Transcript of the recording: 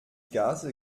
gase